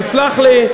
תסלח לי,